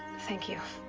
thank you